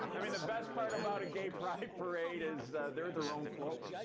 i mean, the best part about a gay pride parade is they're their own float.